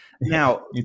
Now